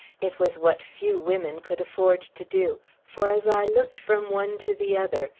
it was what few women could afford to do for, as i looked from one to the other,